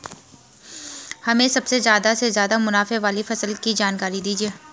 हमें सबसे ज़्यादा से ज़्यादा मुनाफे वाली फसल की जानकारी दीजिए